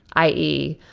i e.